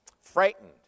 frightened